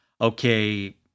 okay